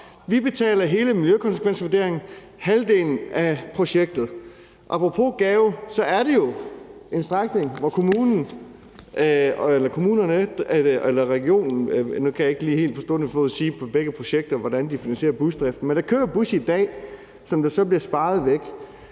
vi betaler hele miljøkonsekvensvurderingen og halvdelen af projektet. Apropos gaver, så er det jo en strækning, hvor kommunerne eller regionen – nu kan jeg ikke lige helt på stående fod sige, hvordan driften finansieres på begge projekter – sørger for, at der kører busser i dag, som så bliver sparet væk,